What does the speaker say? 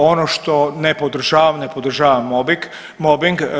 Ono što ne podržavam, ne podržavam mobing.